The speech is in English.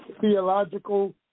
theological